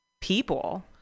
people